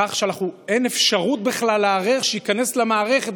כך שאין בכלל אפשרות לערער ולהיכנס בכלל למערכת,